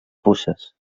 puces